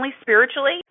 spiritually